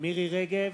מירי רגב,